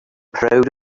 proud